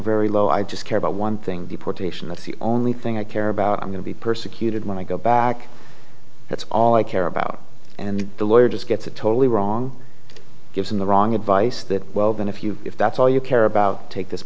very low i just care about one thing deportation that's the only thing i care about i'm going to be persecuted when i go back that's all i care about and the lawyer just gets it totally wrong gives him the wrong advice that well then if you if that's all you care about take this